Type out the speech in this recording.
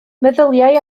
meddyliai